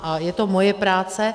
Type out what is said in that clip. A je to moje práce.